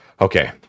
Okay